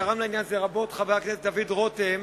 תרם לעניין הזה רבות חבר הכנסת דוד רותם